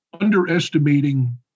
underestimating